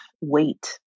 weight